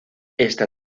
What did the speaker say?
esta